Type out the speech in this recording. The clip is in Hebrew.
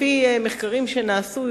לפי מחקרים שנעשו,